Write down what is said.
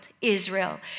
Israel